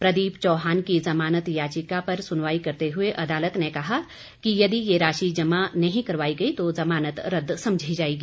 प्रदीप चौहान की जमानत याचिका पर सुनवाई करते हुए अदालत ने कहा कि यदि ये राशि जमा नहीं करवाई गई तो जमानत रद्द समझी जाएगी